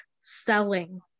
selling